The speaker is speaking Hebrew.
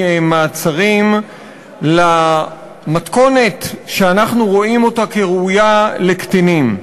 מעצרים למתכונת שאנחנו רואים אותה כראויה לקטינים.